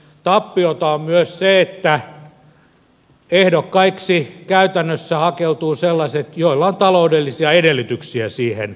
tappiota on myös se että ehdokkaiksi käytännössä hakeutuvat sellaiset joilla on taloudellisia edellytyksiä siihen